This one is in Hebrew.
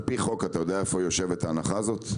על פי חוק אתה יודע איפה יושבת ההנחה הזו?